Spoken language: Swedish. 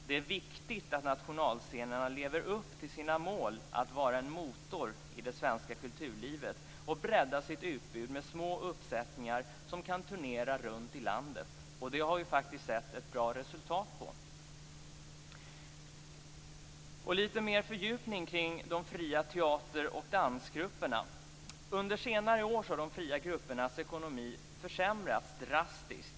Det är viktigt att nationalscenerna lever upp till målet att vara en motor i det svenska kulturlivet och breddar sitt utbud med små uppsättningar som kan turnera runt i landet. Det har vi faktiskt sett ett bra resultat av. Jag vill komma med litet mer fördjupning kring de fria teater och dansgrupperna. Under senare år har de fria gruppernas ekonomi försämrats drastiskt.